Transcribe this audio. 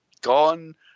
gone